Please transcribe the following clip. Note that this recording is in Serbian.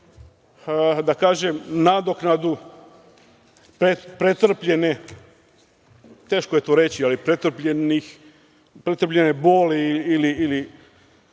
da kažem, nadoknadu pretrpljene, teško je to reći, ali pretrpljene boli ili